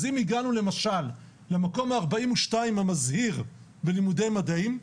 אז אם הגענו למשל למקום ה-42 המזהיר בלימודי מדעים,